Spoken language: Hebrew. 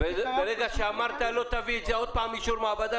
ברגע שאמרת שלא תביא את זה עוד פעם לאישור מעבדה,